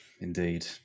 indeed